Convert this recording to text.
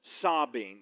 sobbing